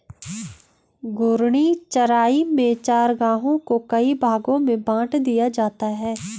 घूर्णी चराई में चरागाहों को कई भागो में बाँट दिया जाता है